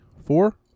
Four